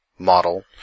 model